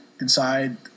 inside